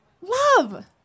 love